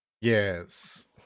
Yes